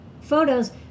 photos